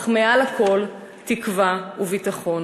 אך מעל לכול תקווה וביטחון.